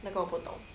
那个我不懂